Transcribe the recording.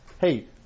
Hey